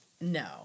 No